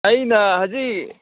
ꯑꯩꯅ ꯍꯧꯖꯤꯛ